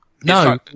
No